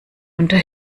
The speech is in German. unter